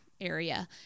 area